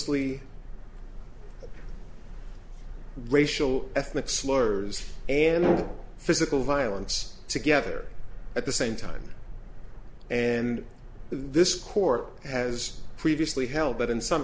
lee racial ethnic slurs and physical violence together at the same time and this court has previously held that in some